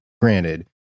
granted